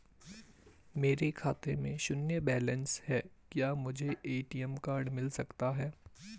मेरे खाते में शून्य बैलेंस है क्या मुझे ए.टी.एम कार्ड मिल सकता है?